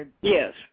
Yes